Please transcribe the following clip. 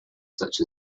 such